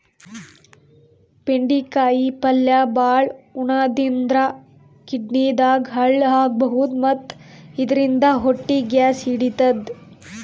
ಬೆಂಡಿಕಾಯಿ ಪಲ್ಯ ಭಾಳ್ ಉಣಾದ್ರಿನ್ದ ಕಿಡ್ನಿದಾಗ್ ಹಳ್ಳ ಆಗಬಹುದ್ ಮತ್ತ್ ಇದರಿಂದ ಹೊಟ್ಟಿ ಗ್ಯಾಸ್ ಹಿಡಿತದ್